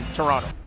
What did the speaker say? Toronto